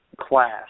class